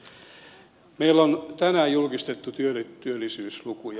meillä on tänään julkistettu työllisyyslukuja